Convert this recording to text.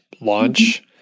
launch